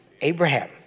Abraham